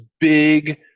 big